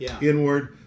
inward